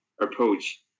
approach